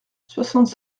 soixante